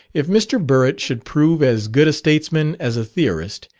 if mr. burritt should prove as good a statesman as a theorist,